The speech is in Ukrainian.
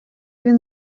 він